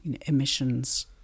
emissions